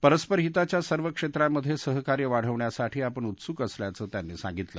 परस्पर हिताच्या सर्व क्षेत्रांमधे सहकार्य वाढवण्यासाठी आपण उत्सुक असल्याचं त्यांनी सांगितलं